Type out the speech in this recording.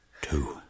Two